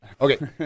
Okay